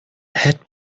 hat